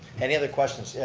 any other questions, yeah